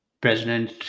President